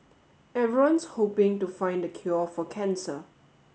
everyone's hoping to find the cure for cancer